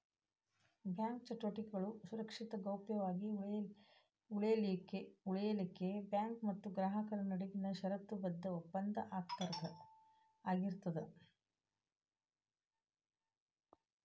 bank ಚಟುವಟಿಕೆಗಳು ಸುರಕ್ಷಿತ ಗೌಪ್ಯ ವಾಗಿ ಉಳಿಲಿಖೆಉಳಿಲಿಕ್ಕೆ ಬ್ಯಾಂಕ್ ಮತ್ತ ಗ್ರಾಹಕರ ನಡುವಿನ ಷರತ್ತುಬದ್ಧ ಒಪ್ಪಂದ ಆಗಿರ್ತದ